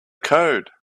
code